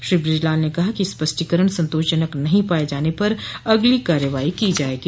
श्र ब्रजलाल ने कहा है कि स्पष्टोकरण संतोषजनक नहीं पाये जाने पर अगली कार्रवाई को जायेगी